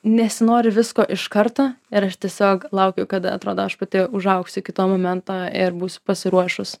nesinori visko iš karto ir aš tiesiog laukiu kada atrodo aš pati užaugsiu iki to momento ir būsiu pasiruošus